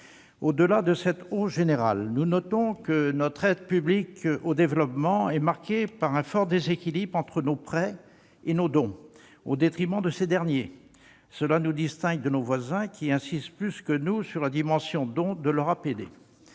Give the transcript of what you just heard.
Au-delà de cette hausse générale, nous constatons que l'aide publique au développement (APD) de la France est marquée par un fort déséquilibre entre les prêts et les dons, au détriment des seconds. Cela nous distingue de nos voisins, qui insistent plus que nous sur la dimension dons de leur APD.